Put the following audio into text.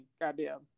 Goddamn